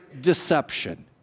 deception